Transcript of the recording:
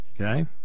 Okay